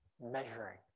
measuring